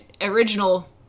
original